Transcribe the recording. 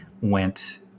went